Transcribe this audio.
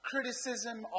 criticism